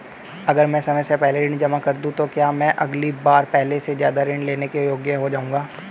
अगर मैं समय से पहले ऋण जमा कर दूं तो क्या मैं अगली बार पहले से ज़्यादा ऋण लेने के योग्य हो जाऊँगा?